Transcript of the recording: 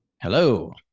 Hello